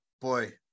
boy